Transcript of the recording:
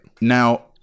Now